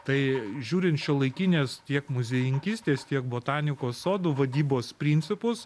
tai žiūrint šiuolaikinės tiek muziejininkystės tiek botanikos sodų vadybos principus